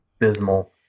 abysmal